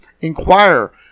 inquire